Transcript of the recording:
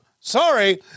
Sorry